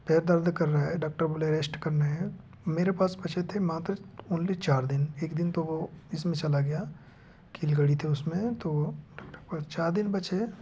पैर दर्द कर रहा है डॉक्टर बोले रेस्ट करना है मेरे पास बचे थे मात्र ओनली चार दिन एक दिन तो इसमें चला गया कील गड़ी थी उसमें तो चार दिन बचे